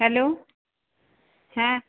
hello হ্যাঁ